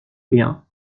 rien